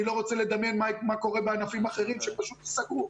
אני לא רוצה לדמיין מה קורה בענפים אחרים שפשוט ייסגרו.